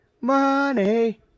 Money